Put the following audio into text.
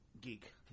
geek